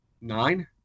nine